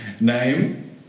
Name